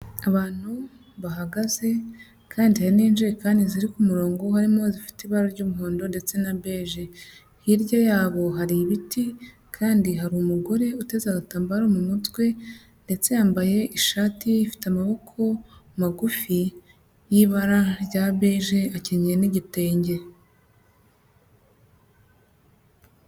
Abantu bahagaze kandi Hari n'injerekani ziri ku murongo harimo zifite ibara ry'umuhondo ndetse na bege, hirya y'abo hari ibiti kandi hari umugore uteze agatambaro mu mutwe ndetse yambaye ishati ifite amaboko magufi y'ibara rya bege akenyeye n'igitenge.